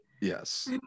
Yes